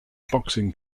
boxing